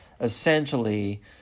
essentially